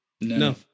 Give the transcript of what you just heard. No